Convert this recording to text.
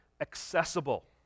accessible